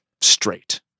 straight